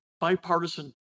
bipartisan